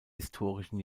historischen